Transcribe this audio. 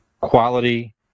quality